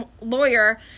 lawyer